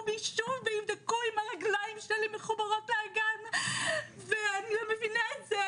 בי שוב ויבדקו אם הרגליים שלי מחוברות לאגן ואני לא מבינה את זה,